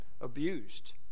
abused